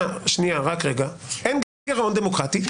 אין גירעון דמוקרטי.